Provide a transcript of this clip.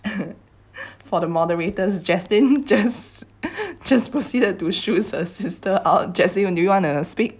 for the moderators jaslyn just just proceeded to shoo her sister out jaslyn do you want to speak